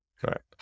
Correct